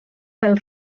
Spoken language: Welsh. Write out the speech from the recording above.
fel